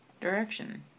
direction